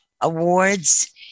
awards